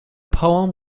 poem